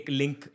link